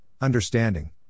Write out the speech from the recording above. understanding